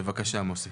בבקשה מוסי.